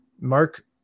Mark